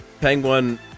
Penguin